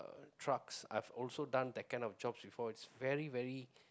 trucks I've also done that kind of jobs before is very very